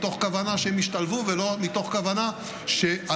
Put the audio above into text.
מתוך כוונה שהם ישתלבו ולא מתוך כוונה שעל